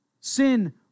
Sin